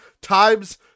Times